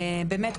באמת,